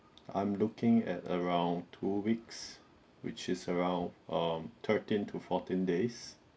I'm looking at around two weeks which is around um thirteen to fourteen days